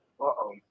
Uh-oh